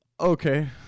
Okay